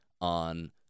on